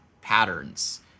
patterns